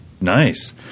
Nice